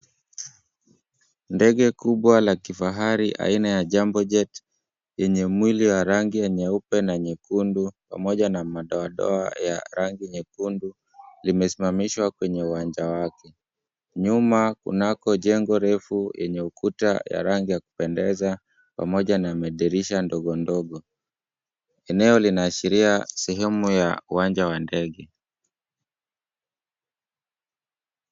Ndege kubwa la kifahari aina ya Jambo Jet yenye mwili wa rangi ya nyeupe na nyekundu pamoja na madoadoa ya rangi nyekundu imesimamishwa kwenye uwaja wake. Nyuma kunako jengo refu yenye ukuta wa rangi ya kupendeza pamoja na madirisha ndogo ndogo, eneo linaashiria sehemu ya uwanja wa ndege.